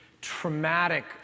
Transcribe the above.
traumatic